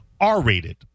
R-rated